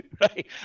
right